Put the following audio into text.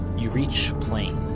you reach plain.